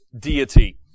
deity